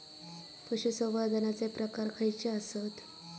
पशुसंवर्धनाचे प्रकार खयचे आसत?